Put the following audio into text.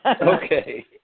Okay